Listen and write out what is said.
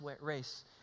race